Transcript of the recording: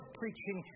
preaching